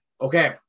Okay